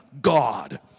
God